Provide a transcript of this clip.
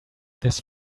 this